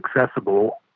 accessible